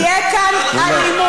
תהיה כאן אלימות.